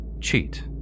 Cheat